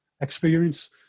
experience